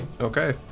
Okay